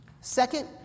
Second